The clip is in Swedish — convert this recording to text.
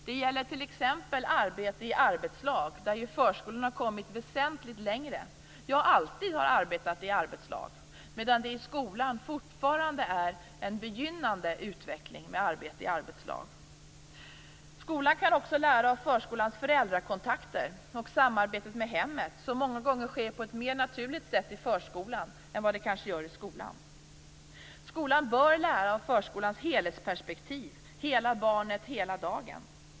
Det gäller t.ex. arbete i arbetslag där ju förskolan har kommit väsentligt längre, ja alltid har arbetat i arbetslag, medan det i skolan fortfarande är en begynnande utveckling med arbete i arbetslag. Skolan kan också lära av förskolans föräldrakontakter och samarbetet med hemmet som många gånger sker på ett mer naturligt sätt i förskolan än vad det kanske gör i skolan. Skolan bör lära av förskolans helhetsperspektiv - hela barnet hela dagen.